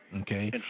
Okay